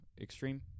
extreme